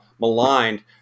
maligned